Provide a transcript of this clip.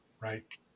Right